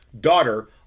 daughter